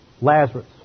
Lazarus